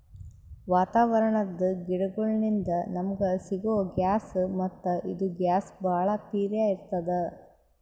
ವಾತಾವರಣದ್ ಗಿಡಗೋಳಿನ್ದ ನಮಗ ಸಿಗೊ ಗ್ಯಾಸ್ ಮತ್ತ್ ಇದು ಗ್ಯಾಸ್ ಭಾಳ್ ಪಿರೇ ಇರ್ತ್ತದ